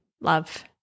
love